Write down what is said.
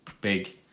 big